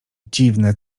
dziwne